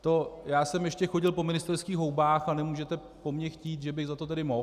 To já jsem ještě chodil po ministerských houbách a nemůžete po mně chtít, že bych za to tedy mohl.